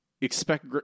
expect